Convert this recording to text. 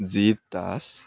jeep Das